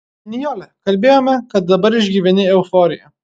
nijole kalbėjome kad dabar išgyveni euforiją